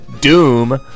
Doom